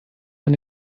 von